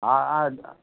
हा हा